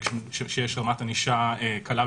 בייחוד כשהולכים לצעדים חריגים כמו ענישת מינימום,